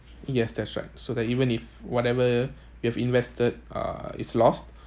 yes that's right so that even if whatever you've invested uh is lost